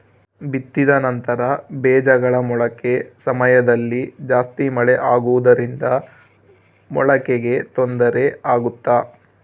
ಬಿತ್ತಿದ ನಂತರ ಬೇಜಗಳ ಮೊಳಕೆ ಸಮಯದಲ್ಲಿ ಜಾಸ್ತಿ ಮಳೆ ಆಗುವುದರಿಂದ ಮೊಳಕೆಗೆ ತೊಂದರೆ ಆಗುತ್ತಾ?